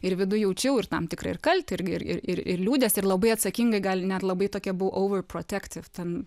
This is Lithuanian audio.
ir viduj jaučiau ir tam tikrą ir kaltę ir ir ir ir liūdesį ir labai atsakingai gal net labai tokia buvau over protetive ten